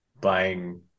buying